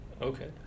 Okay